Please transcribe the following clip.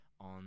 on